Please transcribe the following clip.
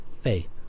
faith